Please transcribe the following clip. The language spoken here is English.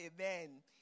amen